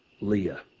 Leah